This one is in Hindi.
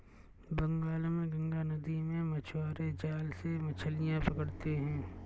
बंगाल में गंगा नदी में मछुआरे जाल से मछलियां पकड़ते हैं